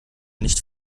nicht